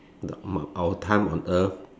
the our time on earth